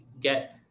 get